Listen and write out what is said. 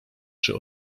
czy